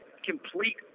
complete